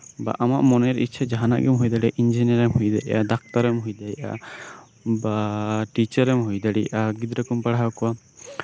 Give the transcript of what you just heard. ᱵᱟ ᱟᱢᱟᱜ ᱢᱚᱱᱮᱨ ᱤᱪᱪᱷᱟᱹ ᱡᱟᱸᱦᱟᱱᱟᱜ ᱜᱮᱢ ᱦᱩᱭ ᱫᱟᱲᱮᱭᱟᱜᱼᱟ ᱟᱢ ᱤᱧᱡᱤᱱᱤᱭᱟᱨ ᱮᱢ ᱦᱩᱭ ᱫᱟᱲᱮᱭᱟᱜᱼᱟ ᱰᱟᱠᱛᱟᱨ ᱮᱢ ᱦᱩᱭ ᱫᱟᱲᱮᱭᱟᱜᱼᱟ ᱵᱟ ᱴᱤᱪᱟᱨ ᱮᱢ ᱦᱩᱭ ᱫᱟᱲᱮᱭᱟᱜᱼᱟ ᱜᱤᱫᱽᱨᱟᱹ ᱠᱚᱢ ᱯᱟᱲᱦᱟᱣ ᱠᱚᱣᱟ